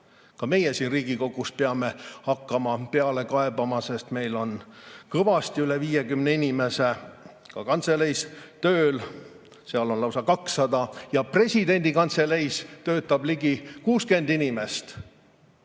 Ka meie siin Riigikogus peame hakkama peale kaebama, sest meil on kõvasti üle 50 inimese kantseleis tööl, siin on neid lausa 200, ja presidendi kantseleis töötab ligi 60 inimest,